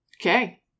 Okay